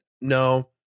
No